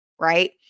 Right